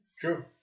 True